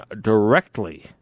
directly